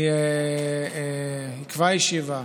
אני אקבע ישיבה